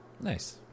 Nice